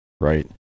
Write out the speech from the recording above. right